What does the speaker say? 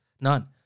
None